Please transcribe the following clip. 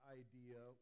idea